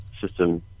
system